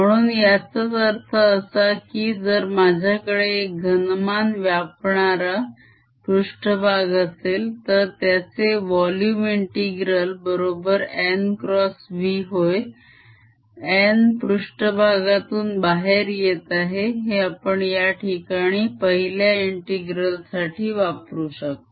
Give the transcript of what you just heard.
म्हणून याचाच अर्थ असा कि जर माझ्याकडे एक घनमान व्यापणारा पृष्ठभाग असेल तर त्याचे volume integralबरोबर nxV होय nपृष्ठभागातून बाहेर येत आहे हे आपण या ठिकाणी पहिल्या integral साठी वापरू शकतो